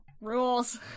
Rules